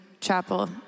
chapel